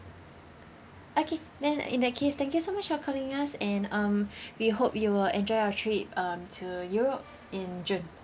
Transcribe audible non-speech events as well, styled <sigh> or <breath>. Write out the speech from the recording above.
okay then in that case thank you so much for calling us and um <breath> we hope you will enjoy your trip um to europe in june